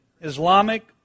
Islamic